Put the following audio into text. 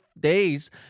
days—